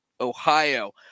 Ohio